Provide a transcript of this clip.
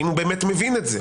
האם הוא באמת מבין את זה?